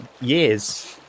years